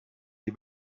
die